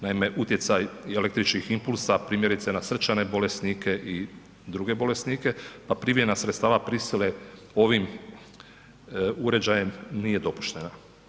Naime, utjecaj i električnih impulsa, primjerice, na srčane bolesnike i druge bolesnike, a primjena sredstava prisile ovim uređajem nije dopuštena.